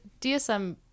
dsm